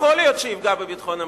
יכול להיות שיפגע בביטחון המדינה.